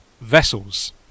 Vessels